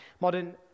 Modern